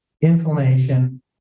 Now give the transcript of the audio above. inflammation